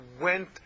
went